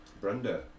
Brenda